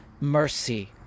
mercy